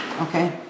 Okay